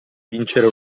vincere